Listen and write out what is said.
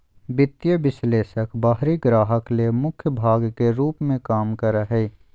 वित्तीय विश्लेषक बाहरी ग्राहक ले मुख्य भाग के रूप में काम करा हइ